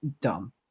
dumb